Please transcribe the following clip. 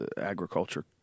agriculture